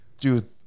dude